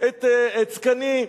את זקני,